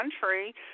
country